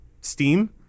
steam